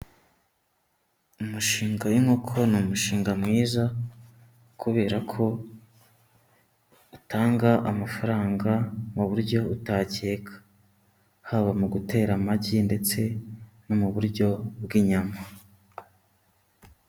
Umushinga w'inkoko, ni umushinga mwiza kubera ko utanga amafaranga mu buryo utakeka, haba mu gutera amagi ndetse no mu buryo bw'inyama.